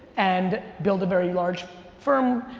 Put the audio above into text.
and build a very large firm,